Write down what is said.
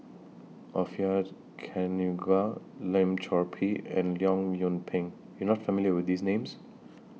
Orfeur Cavenagh Lim Chor Pee and Leong Yoon Pin you're not familiar with These Names